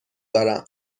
دارم